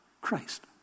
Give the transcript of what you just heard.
Christ